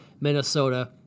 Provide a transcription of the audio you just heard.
Minnesota